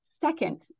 second